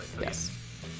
Yes